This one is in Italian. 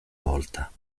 volta